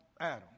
Adam